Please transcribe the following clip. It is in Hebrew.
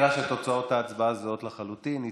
ובכן, נראה שתוצאות ההצבעה זהות לחלוטין.